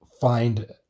find